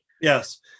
Yes